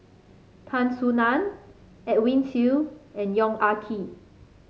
Tan Soo Nan Edwin Siew and Yong Ah Kee